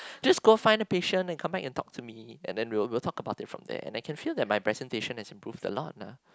just go find a patient and come back and talk to me and then we will we will talk about it from there and I can feel that my presentation has improve a lot ah